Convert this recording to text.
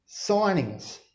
Signings